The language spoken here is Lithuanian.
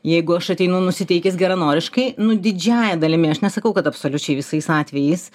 jeigu aš ateinu nusiteikęs geranoriškai nu didžiąja dalimi aš nesakau kad absoliučiai visais atvejais